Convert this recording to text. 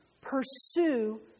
pursue